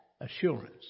assurance